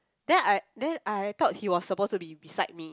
then I then I I thought he was supposed to be beside me